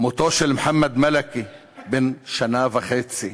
מותו של מוחמד מלקה, בן שנה וחצי,